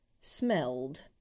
smelled